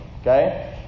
okay